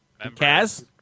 Kaz